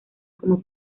como